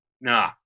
Nah